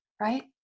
Right